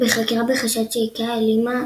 בחקירה בחשד שאיקאה העלימה